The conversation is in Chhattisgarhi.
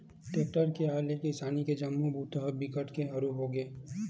टेक्टर के आए ले किसानी के जम्मो बूता ह बिकट के हरू होगे